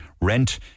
rent